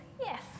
yes